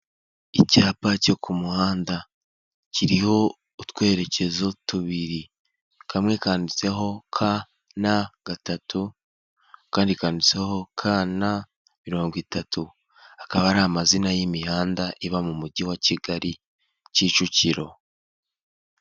Icyapa cyo ku muhanda kiriho utwerekezo tubiri kamwe kanditseho ka na gatatu akandi kanditseho ka na mirongo itatu, akaba ari amazina y'imihanda iba mu mujyi wa Kigali Kicukiro.